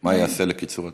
מה ייעשה לקיצור התהליך?